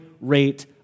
rate